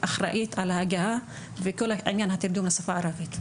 אחראית על ההגהה וכל עניין התרגום לשפה הערבית.